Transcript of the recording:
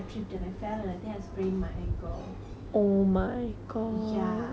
ya and then like before it actually healed properly